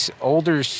older